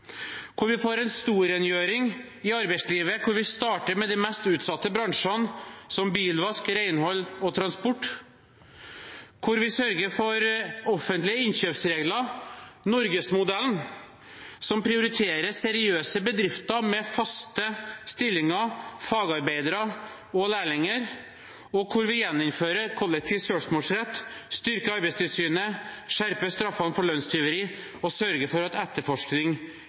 Vi får en storrengjøring i arbeidslivet, hvor vi starter med de mest utsatte bransjene, som bilvask, renhold og transport. Vi skal sørge for offentlige innkjøpsregler, norgesmodellen, som prioriterer seriøse bedrifter med faste stillinger, fagarbeidere og lærlinger. Vi skal gjeninnføre kollektiv søksmålsrett, styrke Arbeidstilsynet, skjerpe straffene for lønnstyveri og sørge for at etterforskning